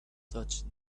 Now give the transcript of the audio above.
touched